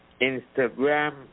Instagram